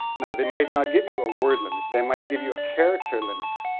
now, they might not give you a word limit. they might give you a character limit.